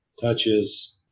touches